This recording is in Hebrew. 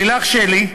לילך שלי,